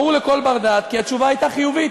ברור לכל בר-דעת כי התשובה הייתה חיובית.